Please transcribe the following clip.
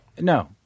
no